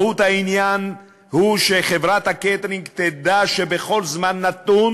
מהות העניין היא שחברת הקייטרינג תדע שבכל זמן נתון